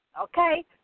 okay